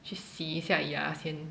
去洗一下牙先